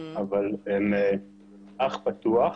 אבל הם אח פתוח,